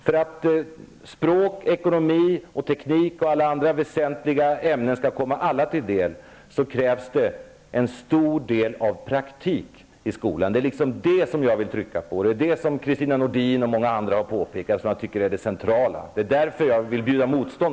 För att språk, ekonomi, teknik och alla andra väsentliga ämnen skall komma alla till del krävs en stor del av praktik i skolan. Det är detta jag vill trycka på. Det är detta som Kristina Nordin m.fl. har påpekat och som är det centrala. Därför vill jag bjuda motstånd.